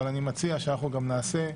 אבל אני מציע שאנחנו גם נעשה,